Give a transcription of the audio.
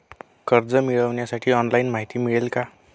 कर्ज मिळविण्यासाठी ऑनलाइन माहिती मिळेल का?